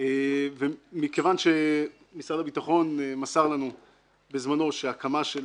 מכיוון שמשרד הביטחון מסר לנו בזמנו שהקמה של